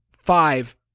five